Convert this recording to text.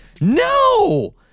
No